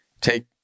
take